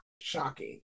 shocking